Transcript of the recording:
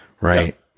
right